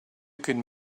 can